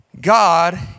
God